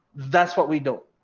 that's what we don't?